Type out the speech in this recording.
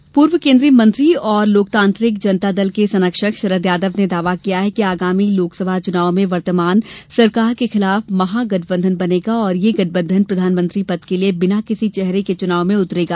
महागठबंधन पूर्व केन्द्रीय मंत्री और लोकतांत्रिक जनता दल के संरक्षक शरद यादव ने दावा किया है कि आगामी लोकसभा चुनाव में वर्तमान सरकार के खिलाफ महागठबंधन बनेगा और यह गठबंधन प्रधानमंत्री पद के लिये बिना किसी चेहरे के चुनाव में उतरेगा